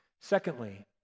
Secondly